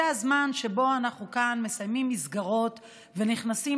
זה הזמן שבו אנחנו כאן מסיימים מסגרות ונכנסים